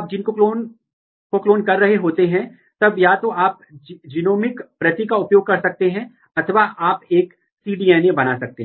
आप एक protein tag कर सकते हैं आप टैग के खिलाफ एंटीबॉडी का उपयोग कर सकते हैं आप पुल डाउन कर सकते